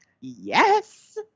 yes